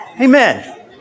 Amen